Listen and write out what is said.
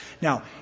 Now